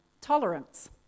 tolerance